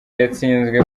yatsinzwe